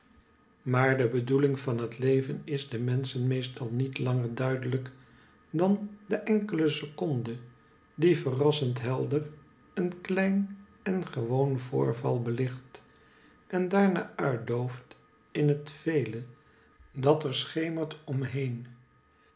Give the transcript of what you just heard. maar de bedoeling van het leven is den menschen meestal niet langer duidelijk dan de enkele seconde die verrassend helder een klein en gewoon voorval belicht en daarna uitdooft in het vele dat er schemert om heen